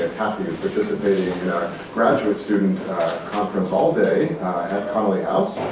participating in our graduate student conference all day at connolly house.